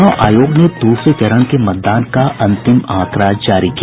चुनाव आयोग ने दूसरे चरण के मतदान का अंतिम आंकड़ा जारी किया